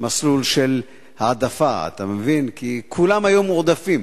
מסלול של העדפה, כי, אתה מבין כולם היום מועדפים,